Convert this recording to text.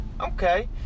Okay